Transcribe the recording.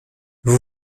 vous